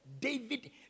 David